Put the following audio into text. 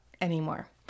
anymore